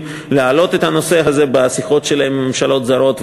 להעלות את הנושא הזה בשיחות שלהם עם ממשלות זרות,